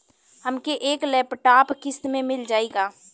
हमके एक लैपटॉप किस्त मे मिल जाई का?